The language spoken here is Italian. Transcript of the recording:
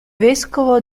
vescovo